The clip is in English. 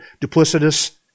duplicitous